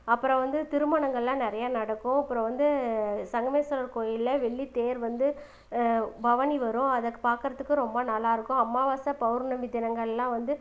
அப்புறம் வந்து திருமணங்கள் எல்லாம் நிறையா நடக்கும் அப்புறம் வந்து சங்கமேஸ்வரர் கோயிலில் வெள்ளி தேர் வந்து பவனி வரும் அதை பார்க்குறதுக்கு ரொம்ப நல்லா இருக்கும் அம்மாவாசை பௌர்ணமி தினங்கள் எல்லாம் வந்து